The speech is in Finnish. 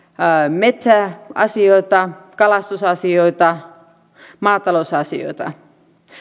metsäasioita kalastusasioita maatalousasioita